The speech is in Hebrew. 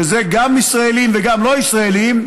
וזה גם ישראלים וגם לא ישראלים,